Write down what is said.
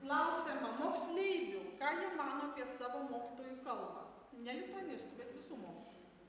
klausiama moksleivių ką jie mano apie savo mokytojų kalbą ne lituanistų bet visų mokytojų